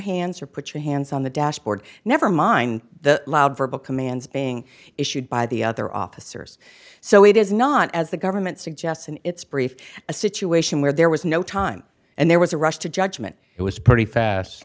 hands or put your hands on the dashboard never mind the loud verbal commands being issued by the other officers so it is not as the government suggests and it's brief a situation where there was no time and there was a rush to judgment it was pretty fast